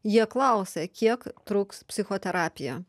jie klausia kiek truks psichoterapija